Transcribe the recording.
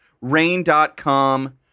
Rain.com